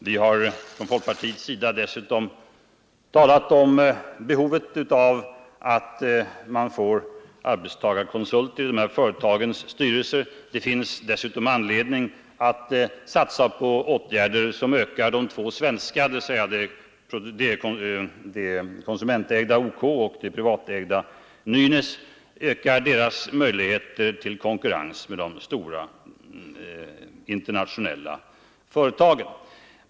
Vi har från folkpartiets sida dessutom talat om behovet av arbetstagarkonsulter i de här företagens styrelser. Det finns också anledning att satsa på åtgärder som ökar de två svenska oljeföretagens, dvs. det konsumentägda OK och det privatägda Nynäs, möjligheter att konkurrera med de stora internationella företagen.